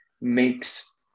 makes